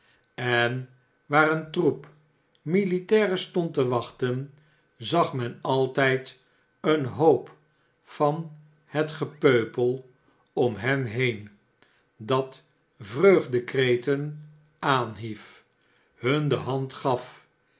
en waar een ttoq militairen stond te wachten zag men altijd een hoop van het gepeupel om hen heen dat vreugdekreten aanhief hun de hand gaf